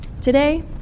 today